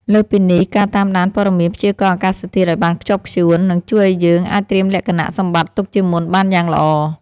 លើសពីនេះ ការតាមដានព័ត៌មានព្យាករណ៍អាកាសធាតុឱ្យបានខ្ជាប់ខ្ជួន នឹងជួយឱ្យយើងអាចត្រៀមលក្ខណៈសម្បត្តិទុកជាមុនបានយ៉ាងល្អ។